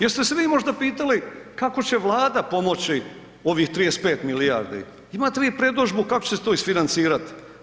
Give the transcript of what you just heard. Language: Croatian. Jeste se vi možda pitali kako će Vlada pomoći ovih 35 milijardi, imate li vi predodžbu kako će se to isfinancirati?